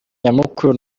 nyamukuru